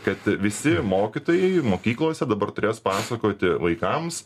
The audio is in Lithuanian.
kad visi mokytojai mokyklose dabar turės pasakoti vaikams